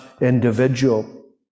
individual